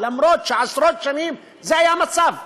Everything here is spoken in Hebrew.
למרות שעשרות שנים זה היה המצב.